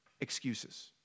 excuses